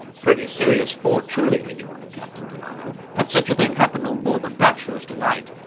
pretty serious sport, truly, rejoined captain delano. had such a thing happened on board the bachelor's delight,